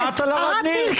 את שמעת על ערד ניר?